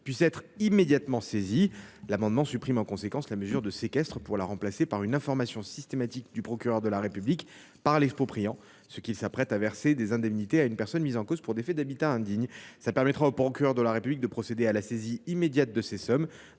puissent être immédiatement saisies. Il est en conséquence prévu de supprimer la mesure de séquestre pour la remplacer par une information systématique du procureur de la République par l’expropriant qui s’apprête à verser des indemnités à une personne mise en cause pour des faits d’habitat indigne. Cette disposition permettra au procureur de la République de procéder à la saisie immédiate de ces sommes